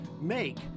make